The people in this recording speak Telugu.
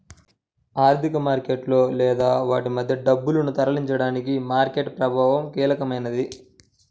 ఆర్థిక మార్కెట్లలో లేదా వాటి మధ్య డబ్బును తరలించడానికి మార్కెట్ ప్రభావం కీలకమైనది